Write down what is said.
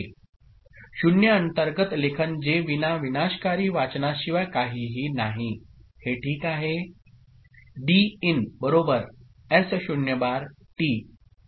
0 अंतर्गत लेखन जे विना विनाशकारी वाचनाशिवाय काहीही नाही हे ठीक आहे